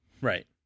Right